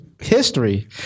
history